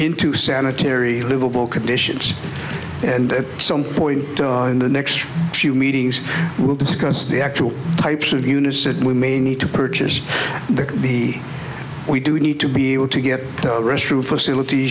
into sanitary livable conditions and some point in the next few meetings we will discuss the actual types of units that we may need to purchase the we do need to be able to get restroom facilit